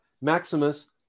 Maximus